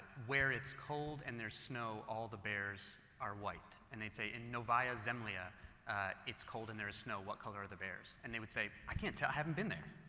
where it's cold and there's snow all the bears are white and they'd say, in novaya zemlya it's cold and there is snow what color are the bears? and they would say, i can't i haven't been there,